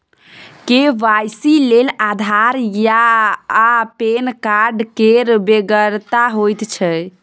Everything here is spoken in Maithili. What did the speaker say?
के.वाई.सी लेल आधार आ पैन कार्ड केर बेगरता होइत छै